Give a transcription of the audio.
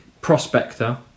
prospector